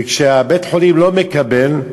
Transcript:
וכשבית-החולים לא מקבל,